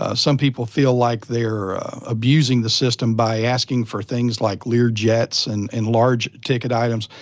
ah some people feel like they are abusing the system by asking for things like learjets, and and large ticket items.